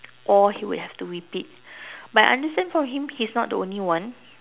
or he would have to repeat but I understand for him he's not the only one